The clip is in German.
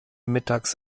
mittags